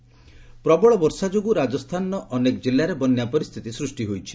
Rajasthan rain ପ୍ରବଳ ବର୍ଷା ଯୋଗୁଁ ରାଜସ୍ଥାନରେ ଅନେକ ଜିଲ୍ଲାରେ ବନ୍ୟା ପରିସ୍ଥିତି ସୃଷ୍ଟି ହୋଇଛି